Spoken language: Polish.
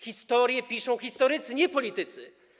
Historię piszą historycy, nie politycy.